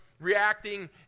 reacting